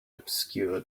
obscure